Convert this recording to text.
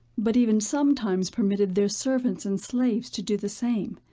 but even sometimes permitted their servants and slaves to do the same.